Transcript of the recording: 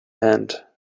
hand